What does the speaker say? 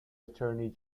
attorney